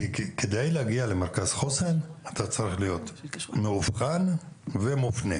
כדי להגיע למרכז חוסן אתה צריך להיות מאובחן ומופנה.